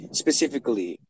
specifically